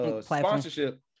sponsorship